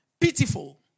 pitiful